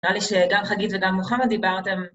נראה לי שגם חגית וגם מוחמד דיברתם.